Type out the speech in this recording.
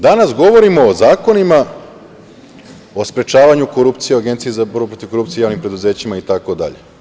Danas govorimo o Zakonima o sprečavanju korupcije, o Agenciji za borbu protiv korupcije u javnim preduzećima itd.